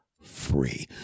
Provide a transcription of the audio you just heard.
free